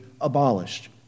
abolished